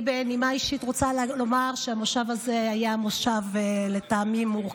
בנימה אישית אני רוצה לומר שהמושב הזה היה מושב מורכב,